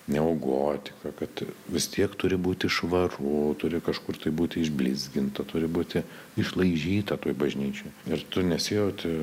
neogotika kad vis tiek turi būti švaru turi kažkur tai būti išblizginta turi būti išlaižyta toj bažnyčioj ir tu nesijauti